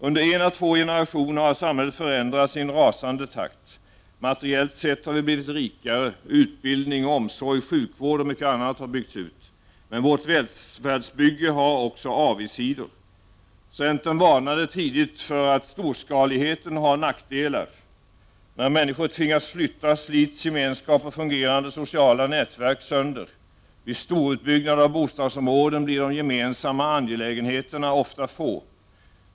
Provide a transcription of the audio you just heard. Under en å två generationer har samhället förändrats i en rasande takt. Materiellt sett har vi blivit rikare — utbildning, omsorg, sjukvård och mycket annat har byggts ut. Men vårt välfärdsbygge har också avigsidor. Centern varnade tidigt för att storskaligheten har nackdelar. När människor tvingas flytta slits gemenskap och fungerande sociala nätverk sönder. Vid storutbyggnad av bostadsområden blir de gemensamma angelägenheterna ofta få.